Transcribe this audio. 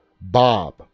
Bob